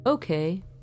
Okay